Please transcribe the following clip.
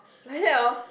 like that oh